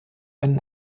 einen